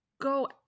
go